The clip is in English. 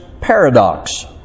paradox